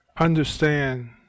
understand